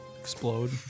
explode